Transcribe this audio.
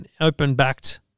open-backed